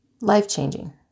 life-changing